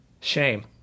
Shame